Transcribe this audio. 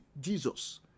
Jesus